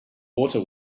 water